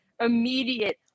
immediate